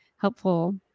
helpful